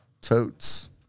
totes